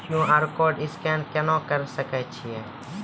QR code scan केना करै सकय छियै?